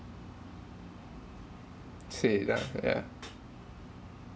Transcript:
say lah yeah